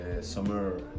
Summer